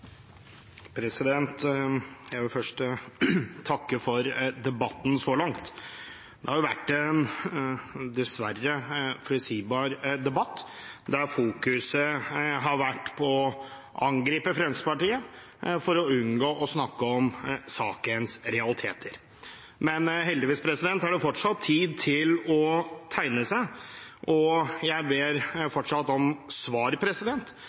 omme. Jeg vil først takke for debatten så langt. Det har dessverre vært en forutsigbar debatt, der vekten har vært lagt på å angripe Fremskrittspartiet for å unngå å snakke om sakens realiteter. Men heldigvis er det fortsatt tid til å tegne seg, og jeg ber fortsatt om svar